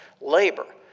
labor